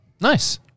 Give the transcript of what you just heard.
Nice